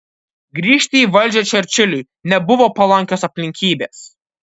grįžti į valdžią čerčiliui nebuvo palankios aplinkybės